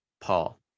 Paul